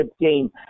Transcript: game